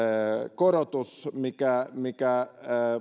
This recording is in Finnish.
korotus mikä mikä